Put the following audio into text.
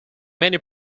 many